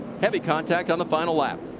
heavy contact on the final lap.